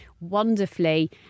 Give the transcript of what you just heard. wonderfully